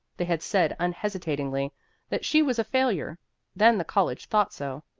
they had said unhesitatingly that she was a failure then the college thought so.